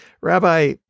Rabbi